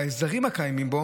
וההסדרים הקיימים בו